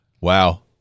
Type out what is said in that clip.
Wow